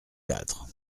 quatre